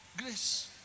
Grace